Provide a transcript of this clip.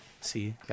see